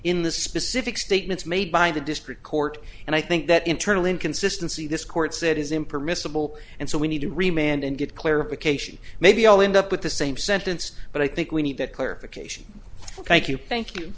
in the specific statements made by the district court and i think that internal inconsistency this court said is impermissible and so we need to remain and get clarification maybe i'll end up with the same sentence but i think we need that clarification thank you thank you